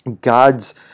God's